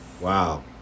wow